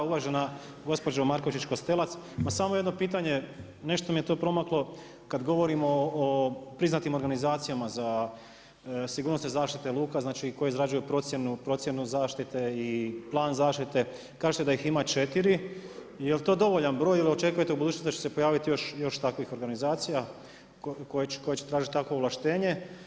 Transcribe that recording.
Uvažena gospođo Markovčić Kostelac, ma samo jedno pitanje, nešto mi je to promaklo, kad govorimo o priznatim organizacijama za sigurnosne zaštite luka, znači koje izrađuju procjenu, procjenu zaštite i plan zaštite, kažete da ih ima 4, jel' to dovoljan broj ili očekujete u budućnosti da će se pojaviti još takvih organizacija koje će tražiti takvo ovlaštenje?